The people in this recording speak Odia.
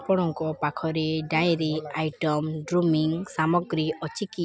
ଆପଣଙ୍କ ପାଖରେ ଡ଼ାଏରୀ ଆଇଟମ୍ ଡ୍ରୁମିଂ ସାମଗ୍ରୀ ଅଛି କି